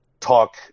talk